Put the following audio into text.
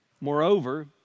Moreover